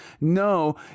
No